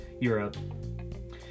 Europe